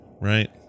right